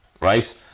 right